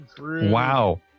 Wow